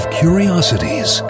curiosities